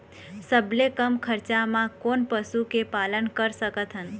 सबले कम खरचा मा कोन पशु के पालन कर सकथन?